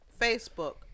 Facebook